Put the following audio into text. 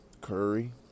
Curry